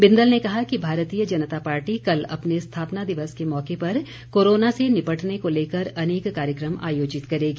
बिंदल ने कहा कि भारतीय जनता पार्टी कल अपने स्थापना दिवस के मौके पर कोरोना से निपटने को लेकर अनेक कार्यक्रम आयोजित करेगी